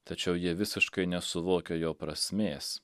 tačiau jie visiškai nesuvokia jo prasmės